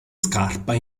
scarpa